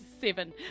Seven